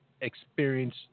experience